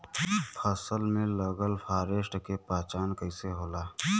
फसल में लगल फारेस्ट के पहचान कइसे होला?